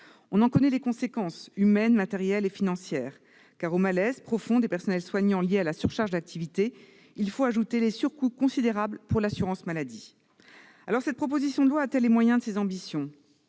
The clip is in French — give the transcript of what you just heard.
On en connaît les conséquences humaines, matérielles et financières, car, au malaise profond des personnels soignants, lié à la surcharge d'activité, il faut ajouter les surcoûts considérables pour l'assurance maladie. Cette proposition de loi a-t-elle les moyens de ses ambitions ?